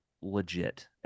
legit